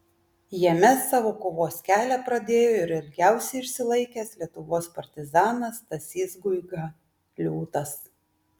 jame savo kovos kelią pradėjo ir ilgiausiai išsilaikęs lietuvos partizanas stasys guiga liūtas